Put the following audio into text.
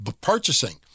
purchasing